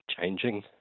changing